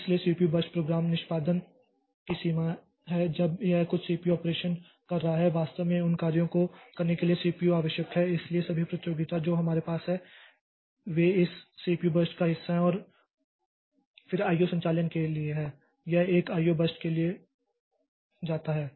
इसलिए CPU burst program निष्पादन की सीमा है जब यह कुछ सीपीयू ऑपरेशन कर रहा है वास्तव में उन कार्यों को करने के लिए सीपीयू आवश्यक है इसलिए सभी प्रतियोगिता जो हमारे पास हैं वे इस सीपीयू बर्स्ट का हिस्सा हैं और फिर आईओ संचालन के लिए है यह एक आईओ बर्स्ट के लिए जाता है